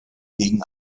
gegen